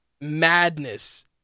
madness